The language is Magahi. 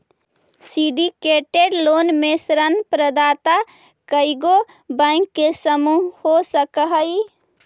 सिंडीकेटेड लोन में ऋण प्रदाता कइएगो बैंक के समूह हो सकऽ हई